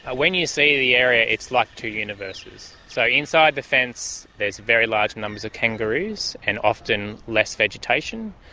ah when you see the area, it's like two universes. so inside the fence there are very large numbers of kangaroos, and often less vegetation,